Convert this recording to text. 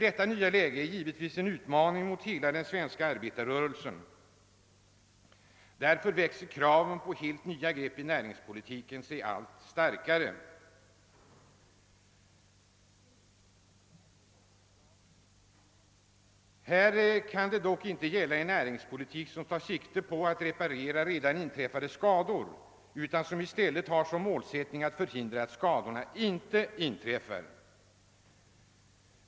Detta nya läge är givetvis en utmaning mot hela den svenska arbetarrörelsen, och därför växer sig kraven på helt nya grepp inom näringspolitiken allt starkare. Här kan det dock inte gälla en näringspolitik som tar sikte på att reparera redan inträffade skador, utan det är fråga om en som i stället har som målsättning att hindra att skadorna sker.